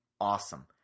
awesome